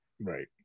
Right